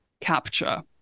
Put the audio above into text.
capture